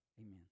Amen